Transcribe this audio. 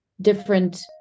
different